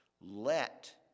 Let